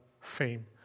fame